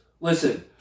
Listen